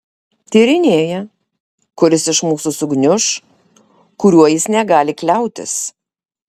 tyrinėja kuris iš mūsų sugniuš kuriuo jis negali kliautis